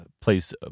place